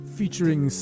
featuring